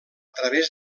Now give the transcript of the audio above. través